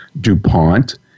DuPont